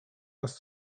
nas